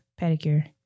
Pedicure